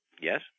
Yes